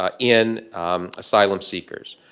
ah in asylum seekers.